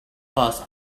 post